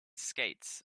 skates